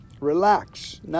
Relax